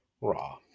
Raw